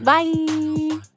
Bye